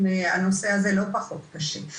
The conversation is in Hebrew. הנושא הזה לא פחות קשה.